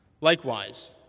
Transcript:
Likewise